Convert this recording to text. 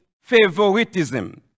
favoritism